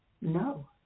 No